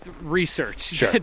research